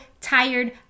tired